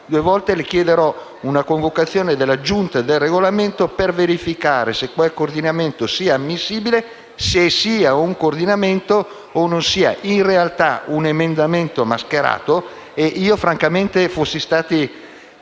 due volte - chiederò una convocazione della Giunta per il Regolamento, al fine di verificare se quel coordinamento sia ammissibile, se sia un coordinamento o non sia, in realtà, un emendamento mascherato. Francamente, fossi stato